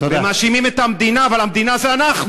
הם מאשימים את המדינה אבל המדינה זה אנחנו,